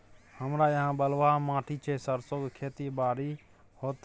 हमरा यहाँ बलूआ माटी छै सरसो के खेती बारी होते?